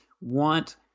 want